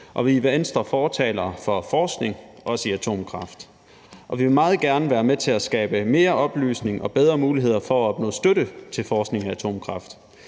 Vi er i Venstre fortalere for forskning, også i atomkraft, og vi vil meget gerne være med til at skabe mere oplysning og bedre muligheder for at opnå støtte til forskning i atomkraft.